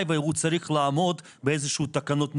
והוא צריך לעמוד באיזשהם תקנות מסוימות.